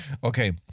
Okay